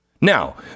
Now